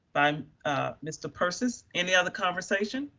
but um ah mr. persis any other conversation?